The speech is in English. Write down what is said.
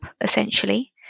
essentially